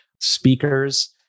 speakers